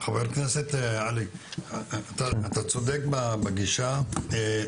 חבר הכנסת עלי, אתה צודק בגישה.